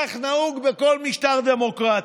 כך נהוג בכל משטר דמוקרטי.